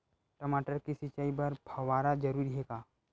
टमाटर के सिंचाई बर फव्वारा जरूरी हे का?